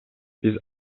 биз